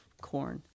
corn